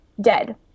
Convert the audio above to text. dead